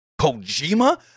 Kojima